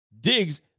Diggs